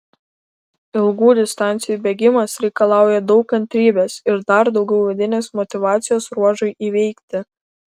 ilgų distancijų bėgimas reikalauja daug kantrybės ir dar daugiau vidinės motyvacijos ruožui įveikti